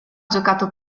giocato